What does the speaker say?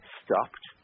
stopped